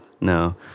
no